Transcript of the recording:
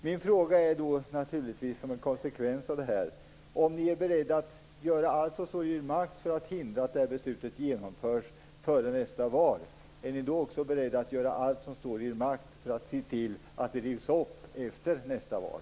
Min fråga är då, naturligtvis som en konsekvens av detta, om ni är beredda att göra allt som står i er makt för att hindra att det här beslutet genomförs före nästa val? Är ni då också beredda att göra allt som står i er makt för att se till att beslutet rivs upp efter nästa val?